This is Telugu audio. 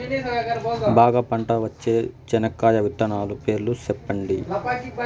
బాగా పంట వచ్చే చెనక్కాయ విత్తనాలు పేర్లు సెప్పండి?